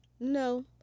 No